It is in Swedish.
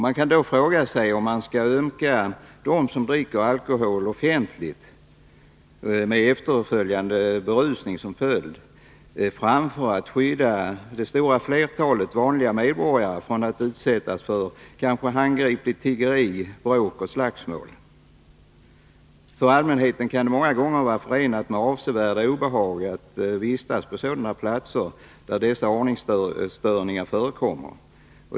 Man kan fråga sig om man skall ömka dem som dricker alkohol offentligt med efterföljande berusning framför att skydda det stora flertalet vanliga medborgare från att utsättas för kanske handgripligt tiggeri, bråk och slagsmål. För allmänheten kan det många gånger vara förenat med avsevärt obehag att vistas på platser där dessa störningar av ordningen förekommer.